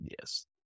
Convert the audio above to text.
Yes